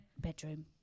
Bedroom